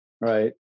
right